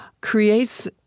creates